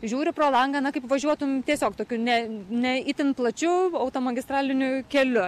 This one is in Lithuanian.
žiūri pro langą na kaip važiuotum tiesiog tokiu ne ne itin plačiu automagistraliniu keliu